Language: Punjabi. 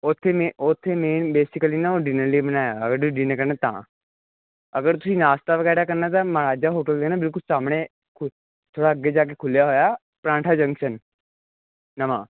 ਉੱਥੇ ਮੇ ਉੱਥੇ ਮੇਨ ਬੇਸੀਕਲੀ ਨਾ ਉਹ ਡਿਨਰ ਲਈ ਬਣਾਇਆ ਹੋਇਆ ਤੁਸੀਂ ਡਿਨਰ ਕਰਨਾ ਤਾਂ ਅਗਰ ਤੁਸੀਂ ਨਾਸ਼ਤਾ ਵਗੈਰਾ ਕਰਨਾ ਤਾਂ ਮਹਾਰਾਜਾ ਹੋਟਲ ਦੇ ਨਾਲ ਬਿਲਕੁਲ ਸਾਹਮਣੇ ਥੋੜ੍ਹਾ ਅੱਗੇ ਜਾ ਕੇ ਖੁੱਲਿਆ ਹੋਇਆ ਪਰਾਂਠਾ ਜੰਕਸ਼ਨ ਨਵਾਂ